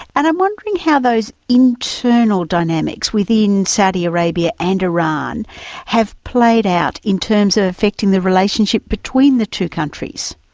and i'm wondering how those internal dynamics within saudi arabia and iran have played out in terms of ah affecting the relationship between the two countries.